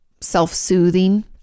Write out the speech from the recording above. self-soothing